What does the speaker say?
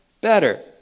better